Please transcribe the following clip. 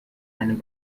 einem